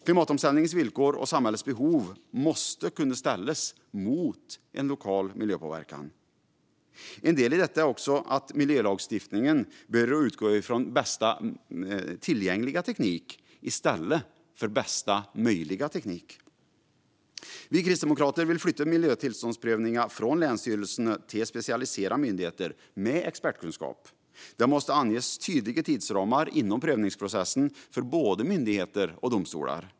Klimatomställningens villkor och samhällets behov måste kunna ställas mot en lokal miljöpåverkan. En del i detta är också att miljölagstiftningen bör utgå från bästa tillgängliga teknik i stället för bästa möjliga teknik. Vi kristdemokrater vill flytta miljötillståndsprövningen från länsstyrelserna till specialiserade myndigheter med expertkunskap. Det måste anges tydliga tidsramar inom prövningsprocessen för både myndigheter och domstolar.